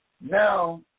Now